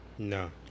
No